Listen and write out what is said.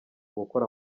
gukora